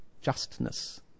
justness